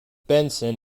benson